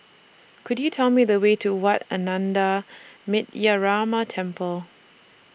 Could YOU Tell Me The Way to Wat Ananda Metyarama Temple